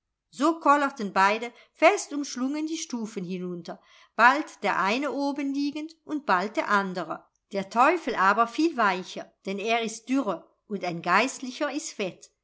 so kollerten beide fest umschlungen die stufen hinunter bald der eine obenliegend und bald der andere der teufel aber fiel weicher denn er ist dürre und ein geistlicher